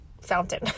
fountain